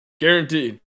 Guaranteed